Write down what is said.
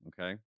okay